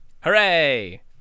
Hooray